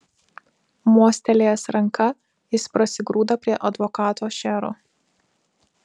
mostelėjęs ranka jis prasigrūda prie advokato šero